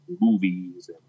movies